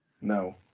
No